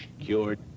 cured